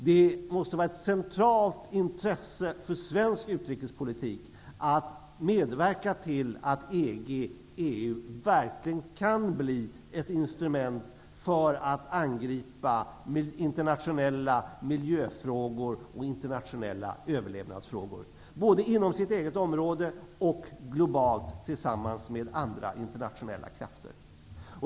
Det måste vara ett centralt intresse för svensk utrikespolitik att medverka till att EG/EU verkligen kan bli ett instrument för att angripa internationella miljö och överlevnadsfrågor, både inom sitt eget område och globalt tillsammans med andra internationella krafter.